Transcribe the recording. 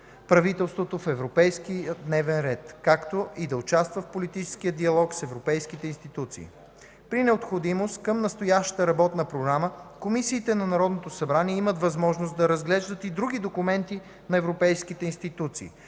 правителството в европейския дневен ред, както и да участва в политическия диалог с европейските институции; - при необходимост, към настоящата Работна програма, комисиите на Народното събрание имат възможност да разглеждат и други документи на европейските институции